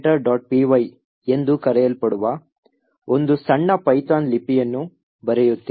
py ಎಂದು ಕರೆಯಲ್ಪಡುವ ಒಂದು ಸಣ್ಣ ಪೈಥಾನ್ ಲಿಪಿಯನ್ನು ಬರೆಯುತ್ತೇವೆ